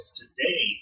today